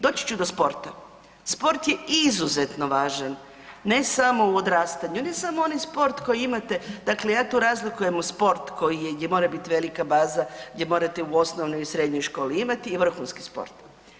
Doći ću do sporta, sport je izuzetno važan ne samo u odrastanju, ne samo onaj sport koji imate, dakle ja tu razlikujem sport koji je, gdje mora bit velika baza, gdje morate u osnovnoj i srednjoj školi imati i vrhunski sport.